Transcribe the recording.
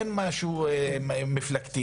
אין משהו מפלגתי.